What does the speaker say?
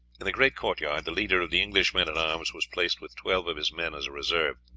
in the great court-yard the leader of the english men-at-arms was placed with twelve of his men as a reserve.